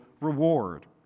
reward